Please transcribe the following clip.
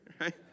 right